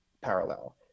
parallel